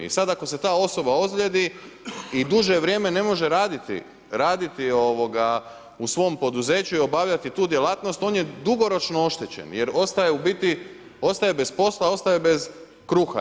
I sad ako se ta osoba ozljedi i duže vrijeme ne može raditi, raditi u svom poduzeću i obavljati tu djelatnost, on je dugoročno oštećen je ostaje u biti, ostaje bez posla, ostaje bez kruha.